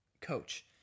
coach